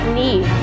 need